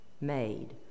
made